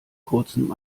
kurzem